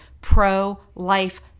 pro-life